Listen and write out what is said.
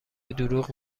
دروغ